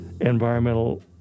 environmental